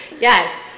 yes